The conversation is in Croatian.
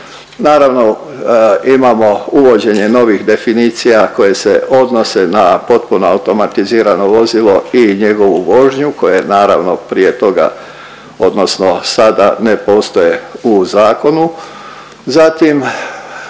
Naravno imao uvođenje novih definicija koje se odnose na potpuno automatizirano vozilo i njegovu vožnju koja je naravno prije toga odnosno sada ne postoje u zakonu.